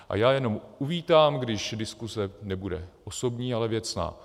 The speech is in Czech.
A já jenom uvítám, když diskuse nebude osobní, ale věcná.